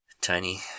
tiny